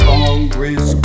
Congress